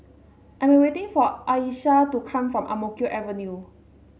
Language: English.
I'm awaiting for Ayesha to come from Ang Mo Kio Avenue